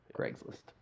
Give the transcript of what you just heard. Craigslist